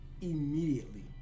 immediately